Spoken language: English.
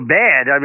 bad